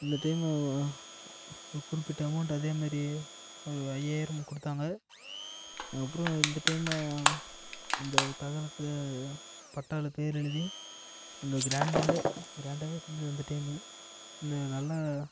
இந்த டைம் ஒரு குறிப்பிட்ட அமௌண்ட் அதே மாதிரியே ஒரு ஐயாயிரம் கொடுத்தாங்க அதுக்கப்புறம் இந்த டைம் அந்த தகரத்தை பட்டால பேர் எழுதி கொஞ்சம் கிராண்டாவே கிராண்டாவே செஞ்சோம் இந்த டைம் இன்னும் நல்லா